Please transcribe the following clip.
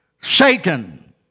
Satan